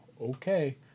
okay